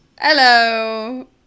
Hello